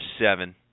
seven